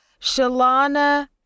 Shalana